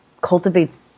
cultivates